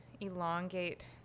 elongate